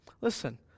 Listen